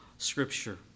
Scripture